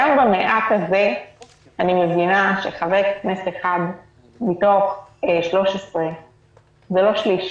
גם במעט הזה אני מבינה שחבר כנסת אחד מתוך 13 זה לא שליש,